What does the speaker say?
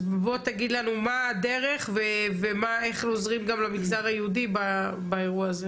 אז בוא תגיד לנו מה הדרך ואיך עוזרים גם למגזר היהודי באירוע הזה